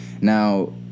now